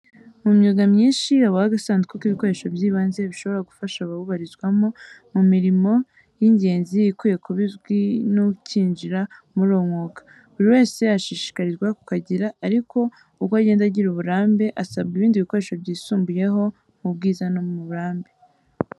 Mu myuga myinshi, habaho agasanduku k'ibikoresho by'ibanze bishobora gufasha abawubarizwamo mu mirimo y'ingenzi ikwiye kuba izwi n'ukinjira muri uwo mwuga, buri wese ashishikarizwa kukagira ariko uko agenda agira uburambe, asabwa ibindi bikoresho byisumbuyeho, mu bwiza no mu burambe.